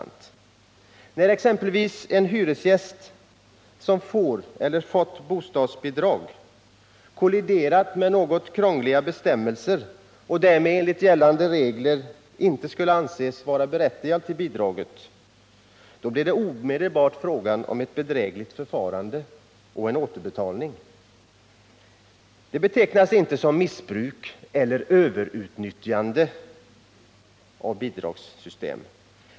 När exempelvis en hyresgäst som får eller fått bostadsbidrag kolliderat med något krångliga bestämmelser och därmed enligt gällande regler inte skulle anses vara berättigad till bidraget, blir det omedelbart tal om bedrägligt förfarande och återbetalning. Det betecknas inte som ”missbruk” eller ”överutnyttjande” av bidragssystemet.